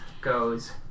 goes